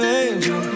angel